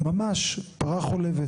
ממש פרה חולבת.